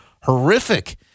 horrific